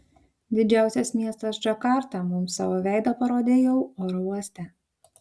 didžiausias miestas džakarta mums savo veidą parodė jau oro uoste